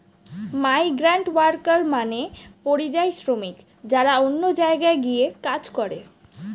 migrant worker মানে পরিযায়ী শ্রমিক যারা অন্য জায়গায় গিয়ে কাজ করে